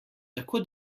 tako